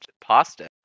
pasta